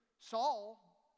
Saul